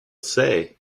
say